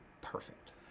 perfect